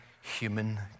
human